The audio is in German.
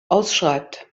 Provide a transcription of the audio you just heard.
ausschreibt